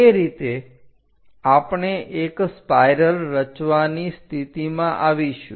તે રીતે આપણે એક સ્પાઇરલ રચવાની સ્થિતિમાં આવીશું